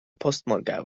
postmorgaŭ